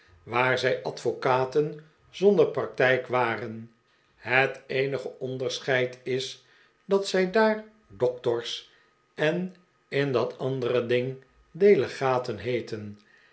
waar zij advocaten zonder practijk waren het eenige onderscheid is dat zij daar doctors en in dat andere ding delegaten heeten